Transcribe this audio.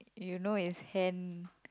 you know it's hand